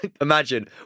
Imagine